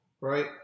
right